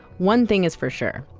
one thing is for sure,